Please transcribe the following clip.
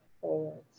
forward